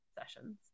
sessions